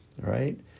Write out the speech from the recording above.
right